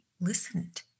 listened